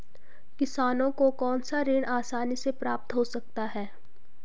किसानों को कौनसा ऋण आसानी से प्राप्त हो सकता है?